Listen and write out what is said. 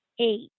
eight